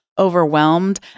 Overwhelmed